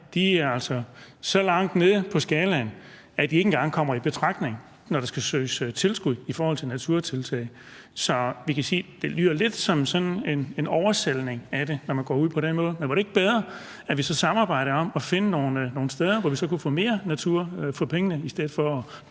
arealer altså er så langt nede på skalaen, at de ikke engang kommer i betragtning, når der skal søges tilskud i forhold til naturtiltag. Så det lyder lidt som en oversælgning af det, når man går ud på den måde. Var det ikke bedre, at vi så samarbejdede om at finde nogle steder, hvor vi kunne få mere natur for pengene, i stedet for at